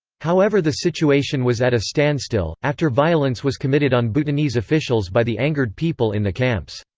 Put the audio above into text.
however the situation was at a standstill, after violence was committed on bhutanese officials by the angered people in the camps.